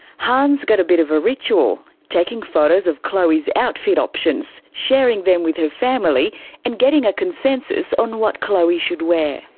hanh's got a bit of a ritual taking photos of chloe's outfit options, sharing them with her family and getting a consensus on what chloe should wear.